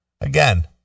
again